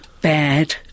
bad